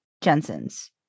Jensen's